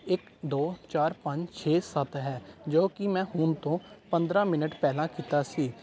ਇੱਕ ਦੋ ਚਾਰ ਪੰਜ ਛੇ ਸੱਤ ਹੈ ਜੋ ਕਿ ਮੈਂ ਹੁਣ ਤੋਂ ਪੰਦਰਾਂ ਮਿੰਟ ਪਹਿਲਾਂ ਕੀਤਾ ਸੀ